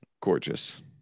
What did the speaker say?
gorgeous